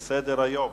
אין.